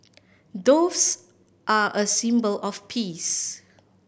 doves are a symbol of peace